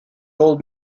old